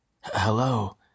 Hello